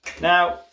Now